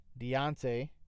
Deontay